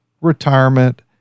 retirement